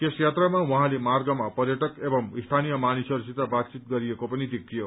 यस यात्रामा उहाँले मार्गमा पर्यटक एवं स्थानीय मानिसहरूसित बातघित गरिएको पनि देखियो